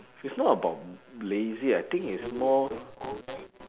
it's not about lazy I think it's more